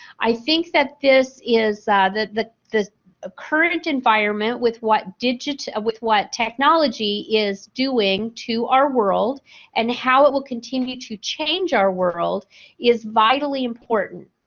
i think that this is the the the ah current environment with what digit with what technology is doing to our world and how it will continue to change our world is vitally important.